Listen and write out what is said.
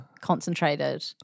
Concentrated